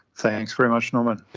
thanks very much, norman.